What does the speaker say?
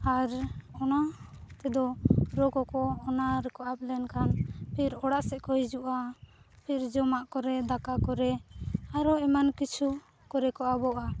ᱟᱨ ᱚᱱᱟᱛᱮᱫᱚ ᱨᱚᱼᱠᱚᱠᱚ ᱚᱱᱟᱨᱮᱠᱚ ᱟᱵ ᱞᱮᱱᱠᱷᱟᱱ ᱯᱷᱤᱨ ᱚᱲᱟᱜ ᱥᱮᱫᱠᱚ ᱦᱤᱡᱩᱜᱼᱟ ᱯᱷᱤᱨ ᱡᱚᱢᱟᱜ ᱠᱚᱨᱮ ᱫᱟᱠᱟ ᱠᱚᱨᱮ ᱟᱨᱚ ᱮᱢᱟᱱ ᱠᱤᱪᱷᱩ ᱠᱚᱨᱮᱠᱚ ᱟᱵᱚᱜᱼᱟ